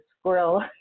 squirrel